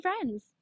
friends